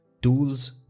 tools